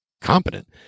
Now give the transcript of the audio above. competent